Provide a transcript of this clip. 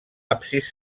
absis